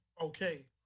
okay